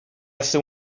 hace